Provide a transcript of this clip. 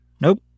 Nope